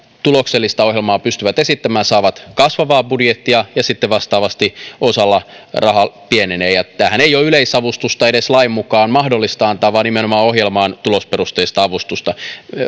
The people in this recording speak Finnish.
tuloksellista ohjelmaa saavat kasvavaa budjettia ja sitten vastaavasti osalla raha pienenee ja tähän ei edes ole lain mukaan mahdollista antaa yleisavustusta vaan nimenomaan tulosperusteista avustusta ohjelmaan